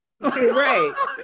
Right